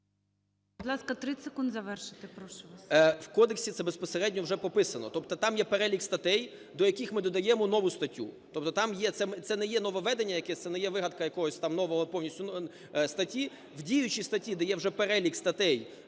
В кодексі це безпосередньо вже прописано. Тобто там є перелік статей, до яких ми додаємо нову статтю. Тобто там є, це не є нововведення якесь, це не є вигадка якоїсь там нової статі. В діючій статті, де є вже перелік статей,